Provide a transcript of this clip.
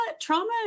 trauma